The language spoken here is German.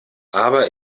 aber